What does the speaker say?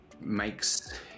makes